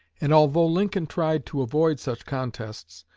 and although lincoln tried to avoid such contests,